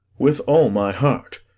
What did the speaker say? with all my heart.